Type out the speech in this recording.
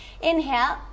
inhale